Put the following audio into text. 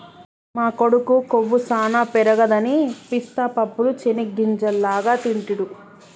మా కొడుకు కొవ్వు సానా పెరగదని పిస్తా పప్పు చేనిగ్గింజల లాగా తింటిడు